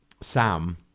Sam